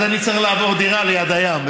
אז אני צריך לעבור לדירה ליד הים.